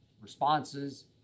responses